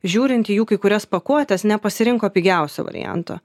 žiūrint į jų kai kurias pakuotes nepasirinko pigiausio varianto